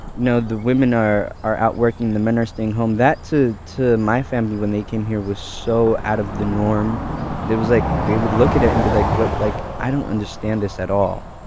you know the women are are out working and the men are staying home, that to to my family, when they came here, was so out of the norm. and it was like, they would look at it and be like, what? like i don't understand this at all.